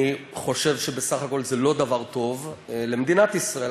אני חושב שבסך הכול זה לא דבר טוב למדינת ישראל.